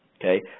Okay